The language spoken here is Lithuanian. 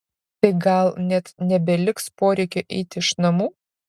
tai gal net nebeliks poreikio eiti iš namų